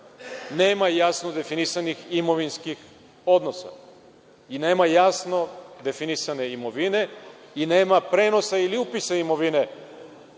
nema jasno definisanih imovinskih odnosa i nema jasno definisane imovine i nema prenosa ili upisa imovine. Ja